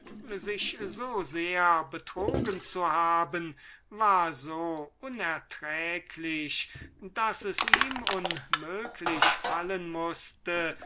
sich so sehr betrogen zu haben war so unerträglich daß es ihm unmöglich fallen mußte